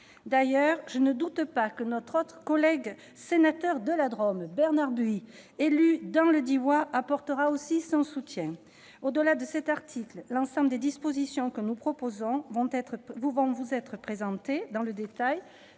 D'ailleurs, je ne doute pas que notre autre collègue sénateur de la Drôme, Bernard Buis, élu dans le Diois, apportera aussi son soutien. Au-delà de cet article, mes chers collègues, l'ensemble des dispositions que nous proposons vous sera présenté dans le détail